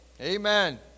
Amen